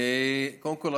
קודם כול,